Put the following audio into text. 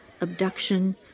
abduction